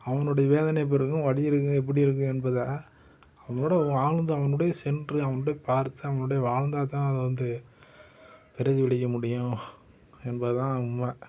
அவனுடைய வேதனை எப்படி இருக்கும் வலிக்கிறது எப்படி இருக்கும் என்பதை அவனோடய வாழ்ந்து அவனுடையே சென்று அவனுடையே பார்த்து அவனுடையே வாழ்ந்தால்தான் அது வந்து பிரதிபலிக்க முடியும் என்பதுதான் உண்மை